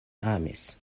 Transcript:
amis